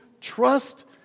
trust